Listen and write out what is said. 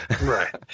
right